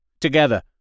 Together